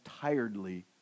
tiredly